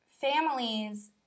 families